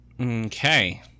Okay